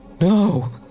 No